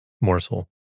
morsel